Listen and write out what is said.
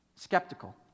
Skeptical